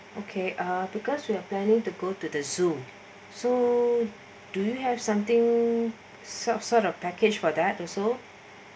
okay uh because we are planning to go to the zoo so do you have something sort of sort of package for that also